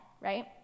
right